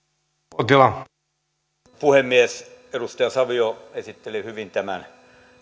arvoisa puhemies edustaja savio esitteli hyvin tämän